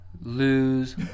Lose